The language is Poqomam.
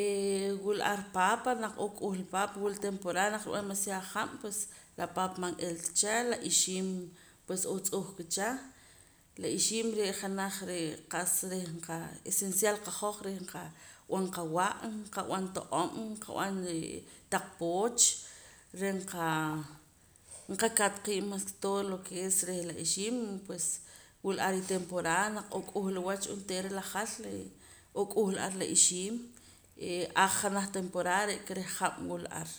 eeh wila ar paapa naq oo k'uhla paapa wula temporada naq rib'an demaciado hab' pues la paapa man n'ilata cha la ixiim pues n'oo tz'uh kacha la ixiim re' janaj re' qa'sa reh qa esencial qahoj reh qab'an qawa' nqab'an to'om qab'an taq pooch ren qaa nqakat qiib' mas ke todo lo ke es reh la ixiim pues wila ar ritemporada naq n'oo k'uhla wach onteera la jal re' ok'uhla ar la ixiim ee aj janaj temporada re'ka reh hab' wula ar